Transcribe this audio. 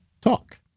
Talk